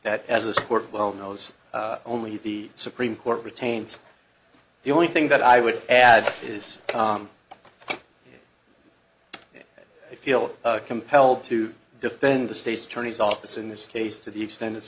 that as a sport well knows only the supreme court retains the only thing that i would add is i feel compelled to defend the state's attorney's office in this case to the extent it's